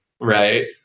right